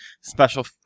special